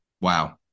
Wow